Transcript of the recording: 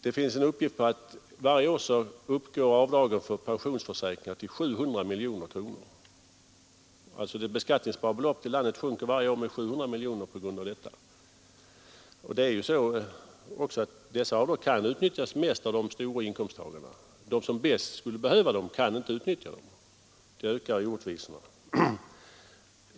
Det finns uppgifter om att avdragen för pensionsförsäkringar varje år uppgår till 700 miljoner kronor. Det beskattningsbara beloppet i landet sjunker alltså på grund härav varje år med 700 miljoner. Dessa avdrag kan utnyttjas mest av höginkomsttagare. De som bäst skulle behöva dem kan inte utnyttja dem. Det ökar orättvisorna.